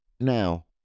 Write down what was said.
Now